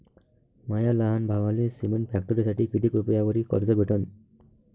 माया लहान भावाले सिमेंट फॅक्टरीसाठी कितीक रुपयावरी कर्ज भेटनं?